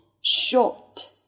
Short